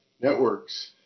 networks